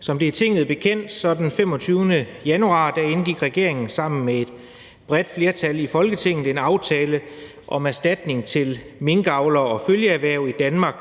Som det er Tinget bekendt, indgik regeringen den 25. januar sammen med et bredt flertal i Folketinget en aftale om erstatning til minkavlere og følgeerhverv i Danmark.